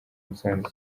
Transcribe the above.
musanze